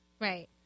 Right